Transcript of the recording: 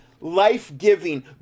life-giving